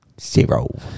Zero